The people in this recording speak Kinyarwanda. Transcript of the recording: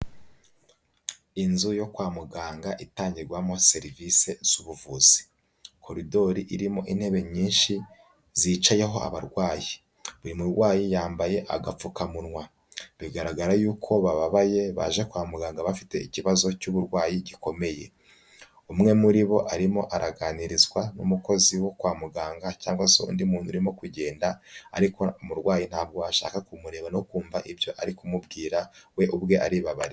Inzu yo kwa muganga itangirwamo serivisi z'ubuvuzi, koridori irimo intebe nyinshi zicayeho abarwayi, buri murwayi yambaye agapfukamunwa bigaragara yuko bababaye baje kwa muganga bafite ikibazo cy'uburwayi gikomeye, umwe muri bo arimo araganirizwa n'umukozi wo kwa muganga cyangwa se undi muntu urimo kugenda, ariko umurwayi ntabwo ashaka kumureba no kumva ibyo ari kumubwira we ubwe aribabariye.